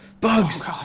bugs